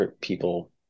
people